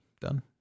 done